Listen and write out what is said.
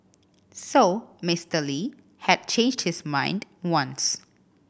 so Mister Lee had changed his mind once